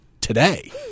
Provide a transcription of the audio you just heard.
today